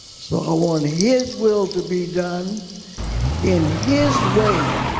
so i want his will to be done in his way.